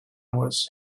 was